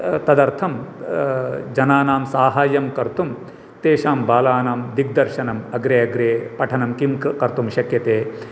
तदर्थं जनानां साहाय्यं कर्तुं तेषां बालानां दिग्दर्शनं अग्रे अग्रे पठनं किं कर्तुं शक्यते